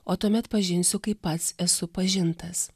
o tuomet pažinsiu kaip pats esu pažintas